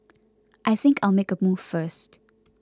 I think I'll make a move first